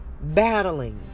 Battling